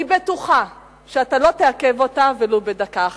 אני בטוחה שאתה לא תעכב אותה ולו בדקה אחת.